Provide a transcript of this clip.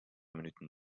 minuten